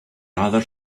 rather